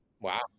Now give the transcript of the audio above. Wow